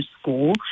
school